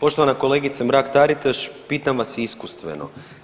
Poštovana kolegice Mrak Taritaš pitam vas iskustveno.